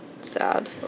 Sad